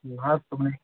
نہ حظ